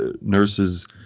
nurses